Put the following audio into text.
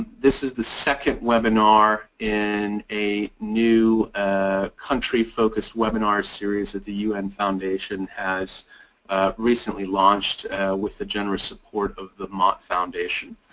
this is the second webinar in a new ah country focused webinar series at the u n. foundation as recently launched with the generous support of the mott foundation.